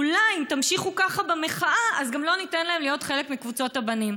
אולי אם תמשיכו ככה במחאה אז גם לא ניתן להן להיות חלק מקבוצות הבנים.